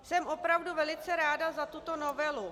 Jsem opravdu velice ráda za tuto novelu.